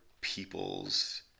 people's